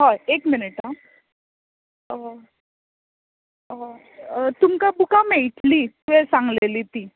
हय एक मिनीट आं तुमकां बुकां मेळटलीं तुवें सांगलेलीं ती